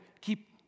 keep